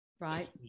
Right